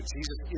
Jesus